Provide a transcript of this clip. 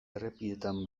errepideetan